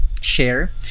share